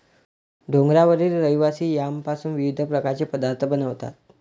डोंगरावरील रहिवासी यामपासून विविध प्रकारचे पदार्थ बनवतात